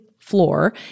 floor